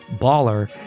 baller